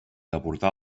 abordar